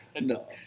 No